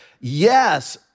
yes